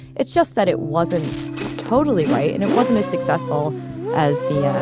it's just that it wasn't totally right, and it wasn't as successful as the yeah